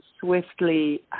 swiftly